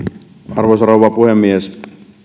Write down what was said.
arvoisa rouva puhemies